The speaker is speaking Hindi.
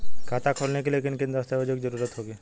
खाता खोलने के लिए किन किन दस्तावेजों की जरूरत होगी?